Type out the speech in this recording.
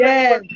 Yes